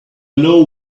know